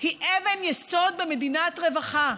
היא אבן יסוד במדינת רווחה.